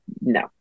No